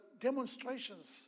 demonstrations